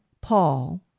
Paul